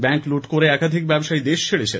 bank লুঠ করে একাধিক ব্যবসায়ী দেশ ছেড়েছেন